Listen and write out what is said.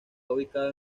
ubicado